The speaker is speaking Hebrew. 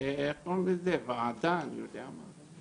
וועדה", אני יודע מה.